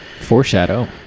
Foreshadow